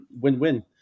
win-win